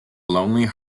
lonely